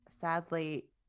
sadly